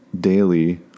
daily